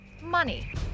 money